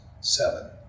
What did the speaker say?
seven